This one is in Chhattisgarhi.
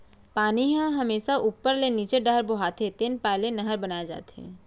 पानी ह हमेसा उप्पर ले नीचे डहर बोहाथे तेन पाय ले नहर बनाए जाथे